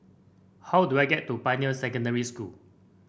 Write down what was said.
how do I get to Pioneer Secondary School